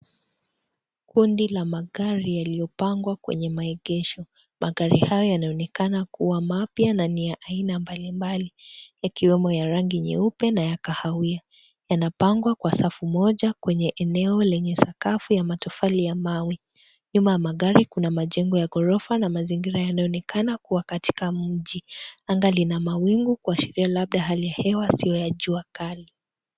Kundi la magari yaliyopangwa kwenye maegesho. Magari hayo yanaonekana kuwa mapya na ni ya aina mbalimbali ikiwemo ya rangi nyeupe na ya kahawia. Yanapangwa kwa safu moja kwenye eneo lenye sakafu ya matofali ya mawe. Nyuma ya magari kuna majengo ya ghorofa na mazingira yanaonekana kuwa katika mji. Anga lina mawingu kuashiria labda Hali ya hewa sio ya jua Kali.